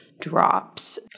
drops